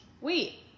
Wait